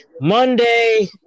Monday